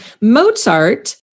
Mozart